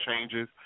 changes